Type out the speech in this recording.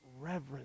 reverence